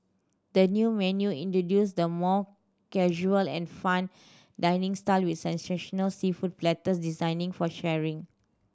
the new menu introduces the more casual and fun dining style with sensational seafood platters designing for sharing